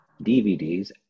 DVDs